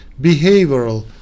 behavioral